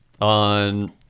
on